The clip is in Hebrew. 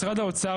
משרד האוצר,